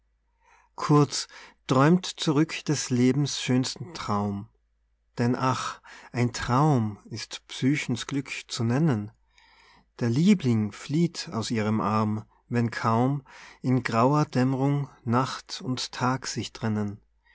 kurz träumt zurück des lebens schönsten traum denn ach ein traum ist psychens glück zu nennen der liebling flieht aus ihrem arm wenn kaum in grauer dämm'rung nacht und tag sich trennen